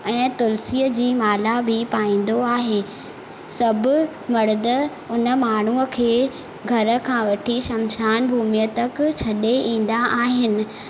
ऐं तूलिसीअ जी माला बि पाहिंदो आहे सभु मर्द उन माण्हूअ खे घर खां वठी शमशान भूमीअ तक छॾे ईंदा आहिनि